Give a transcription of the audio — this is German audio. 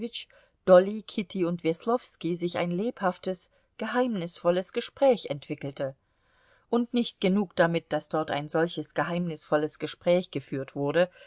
dolly kitty und weslowski sich ein lebhaftes geheimnisvolles gespräch entwickelte und nicht genug damit daß dort ein solches geheimnisvolles gespräch geführt wurde